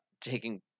taking